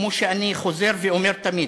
כמו שאני חוזר ואומר תמיד,